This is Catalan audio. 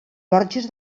borges